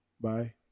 Bye